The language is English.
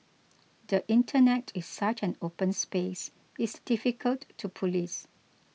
the Internet is such an open space it's difficult to police